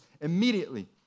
Immediately